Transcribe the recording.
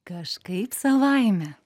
kažkaip savaime